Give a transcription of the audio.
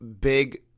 big